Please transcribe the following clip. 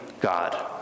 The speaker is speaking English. God